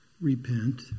repent